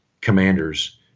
commanders